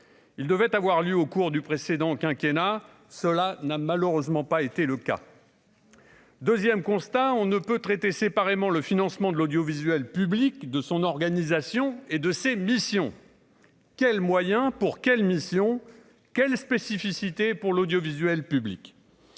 il devait avoir lieu au cours du précédent quinquennat cela n'a malheureusement pas été le cas. Voilà. 2ème constat : on ne peut traiter séparément le financement de l'audiovisuel public de son organisation et de ses missions. Quel moyen pour quelle mission, quel spécificité pour l'audiovisuel public,